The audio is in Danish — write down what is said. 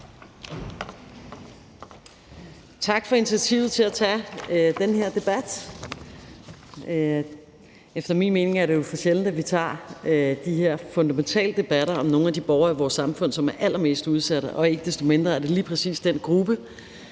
Tak for initiativet til at tage den her debat. Efter min mening er det jo for sjældent, at vi tager de her fundamentale debatter om nogle af de borgere i vores samfund, som er allermest udsat, og ikke desto mindre er det lige præcis den gruppe,